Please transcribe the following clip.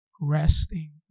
resting